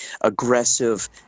aggressive